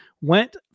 went